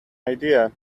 idea